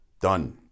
Done